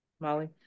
Molly